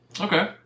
Okay